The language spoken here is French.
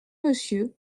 monsieur